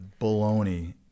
baloney